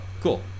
cool